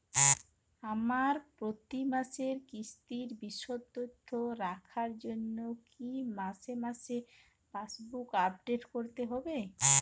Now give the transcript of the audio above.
আমার প্রতি মাসের কিস্তির বিশদ তথ্য রাখার জন্য কি মাসে মাসে পাসবুক আপডেট করতে হবে?